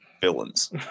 villains